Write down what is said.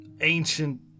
ancient